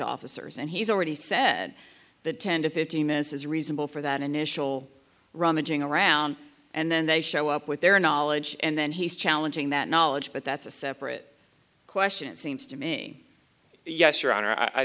officers and he's already said the ten to fifteen minutes is reasonable for that initial rummaging around and then they show up with their knowledge and then he's challenging that knowledge but that's a separate question it seems to me yes